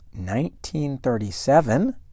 1937